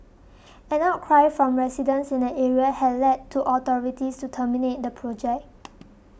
an outcry from residents in the area had led the authorities to terminate the project